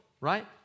Right